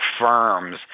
firms